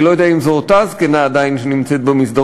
אני לא יודע אם זו עדיין אותה זקנה שנמצאת במסדרון,